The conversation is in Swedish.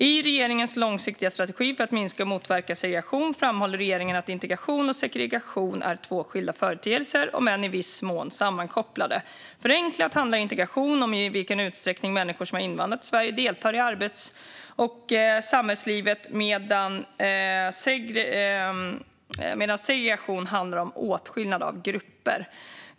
I regeringens långsiktiga strategi för att minska och motverka segregation framhåller regeringen att integration och segregation är två skilda företeelser, om än i viss mån sammankopplade. Förenklat handlar integration om i vilken utsträckning människor som har invandrat till Sverige deltar i arbets och samhällslivet medan segregation handlar om åtskillnad av grupper.